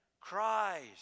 Christ